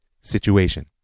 situation